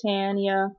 Tanya